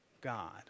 God